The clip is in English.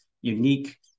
unique